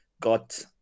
got